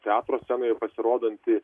teatro scenoje pasirodanti